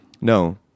No